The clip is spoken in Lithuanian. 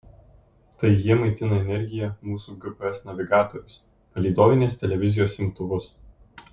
tai jie maitina energija mūsų gps navigatorius palydovinės televizijos imtuvus